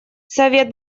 совет